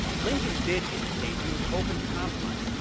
lincoln did indicate he was open to compromise,